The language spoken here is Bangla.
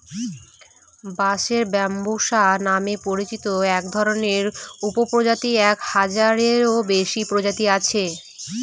বাঁশের ব্যম্বুসা নামে পরিচিত একধরনের উপপ্রজাতির এক হাজারেরও বেশি প্রজাতি আছে